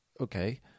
Okay